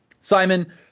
Simon